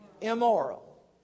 immoral